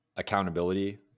Accountability